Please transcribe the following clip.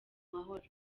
mahoro